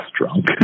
drunk